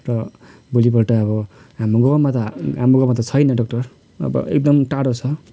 र भोलिपल्ट अब हाम्रो गाउँमा त हाम्रो गाउँमा त छैन डक्टर अब एकदम टाढो छ